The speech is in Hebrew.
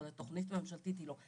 אבל התוכנית הממשלתית היא לא.